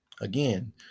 Again